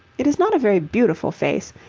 it is not a very beautiful face,